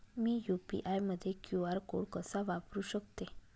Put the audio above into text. मी UPI मध्ये QR code कसा वापरु शकते?